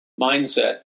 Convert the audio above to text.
mindset